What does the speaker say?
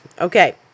Okay